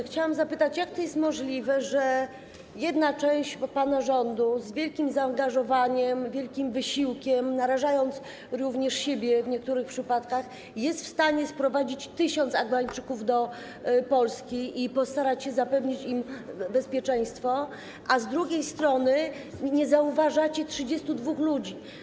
Chciałam zapytać, jak to możliwe, że jedna część pana rządu z wielkim zaangażowaniem, wielkim wysiłkiem, narażając również siebie w niektórych przypadkach, jest w stanie sprowadzić 1 tys. Afgańczyków do Polski i postarać się zapewnić im bezpieczeństwo, a z drugiej strony nie zauważacie 32 ludzi.